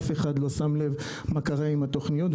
אף אחד לא שם לב מה קרה עם התוכניות.